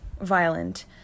violent